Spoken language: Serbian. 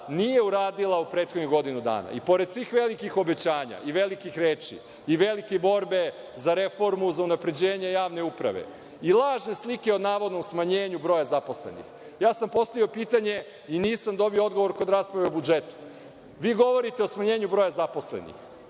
nije uradila u prethodnih godinu dana, i pored svih velikih obećanja, velikih reči, velike borbe za reformu, za unapređenje javne uprave, i lažne slike o navodnom smanjenju broja zaposlenih. Ja sam postavio pitanje i nisam dobio odgovor kod rasprave o budžetu. Vi govorite o smanjenju broja zaposlenih,